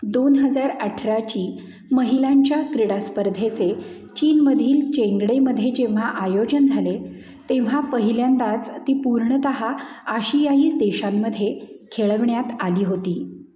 दोन हजार अठराची महिलांच्या क्रीडास्पर्धेचे चीनमधील चेंगडेमध्ये जेव्हा आयोजन झाले तेव्हा पहिल्यांदाच ती पूर्णतः आशियाई देशांमध्ये खेळवण्यात आली होती